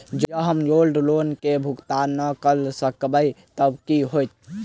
जँ हम gold loan केँ भुगतान न करऽ सकबै तऽ की होत?